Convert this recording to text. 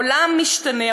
העולם משתנה,